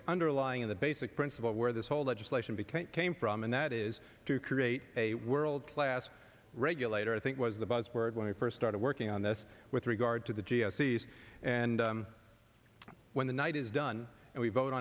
the underlying of the basic principle of where this whole legislation became came from and that is to create a world class regulator i think was the buzzword when i first started working on this with regard to the g s e's and when the night is done and we vote